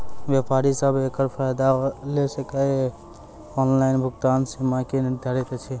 व्यापारी सब एकरऽ फायदा ले सकै ये? ऑनलाइन भुगतानक सीमा की निर्धारित ऐछि?